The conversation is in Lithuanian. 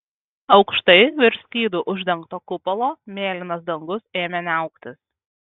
aukštai virš skydu uždengto kupolo mėlynas dangus ėmė niauktis